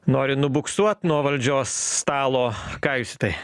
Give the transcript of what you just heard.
nori nubuksuot nuo valdžios stalo ką jūs į tai